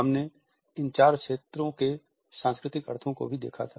हमने इन क्षेत्रों के सांस्कृतिक अर्थों को भी देखा था